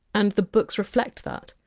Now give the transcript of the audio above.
and the books reflect that.